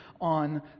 on